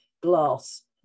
glass